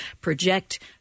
project